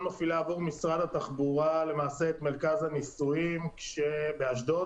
מפעילה עבור משרד התחבורה את מרכז הניסויים באשדוד,